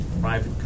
private